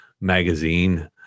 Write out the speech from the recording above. magazine